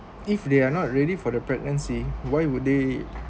if they are not ready for the pregnancy why would they